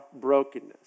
brokenness